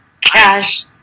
cash